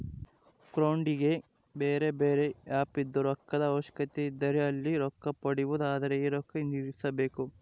ಕ್ರೌಡ್ಫಂಡಿಗೆ ಬೇರೆಬೇರೆ ಆಪ್ ಇದ್ದು, ರೊಕ್ಕದ ಅವಶ್ಯಕತೆಯಿದ್ದರೆ ಅಲ್ಲಿ ರೊಕ್ಕ ಪಡಿಬೊದು, ಆದರೆ ಈ ರೊಕ್ಕ ಹಿಂತಿರುಗಿಸಬೇಕು